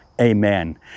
Amen